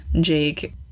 Jake